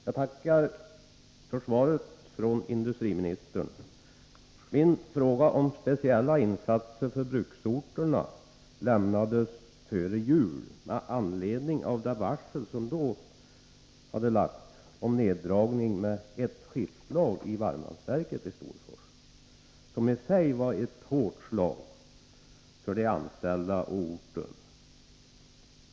Herr talman! Jag tackar för svaret från industriministern. Min fråga om speciella insatser för bruksorterna avlämnades före jul med anledning av det varsel som då hade lagts beträffande neddragning med ett skiftlag i varmvalsverket i Storfors, något som i sig var ett hårt slag för de anställda och för orten.